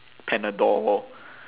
panadol